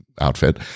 outfit